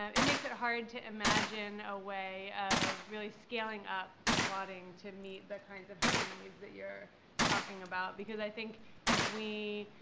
um it makes it hard to imagine a way of really scaling up squatting to meet the kinds of housing needs that you're talking about. because i think if we,